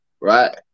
right